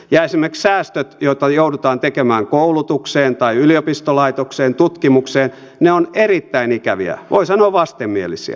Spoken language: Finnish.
esimerkiksi säästöt joita joudutaan tekemään koulutukseen tai yliopistolaitokseen tutkimukseen ovat erittäin ikäviä voi sanoa vastenmielisiä